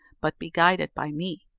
but be guided by me.